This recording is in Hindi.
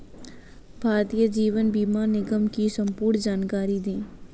भारतीय जीवन बीमा निगम की संपूर्ण जानकारी दें?